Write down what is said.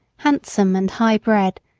handsome and high-bred,